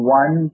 one